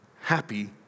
happy